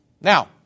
Now